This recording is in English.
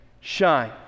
shine